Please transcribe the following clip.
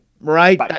right